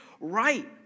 right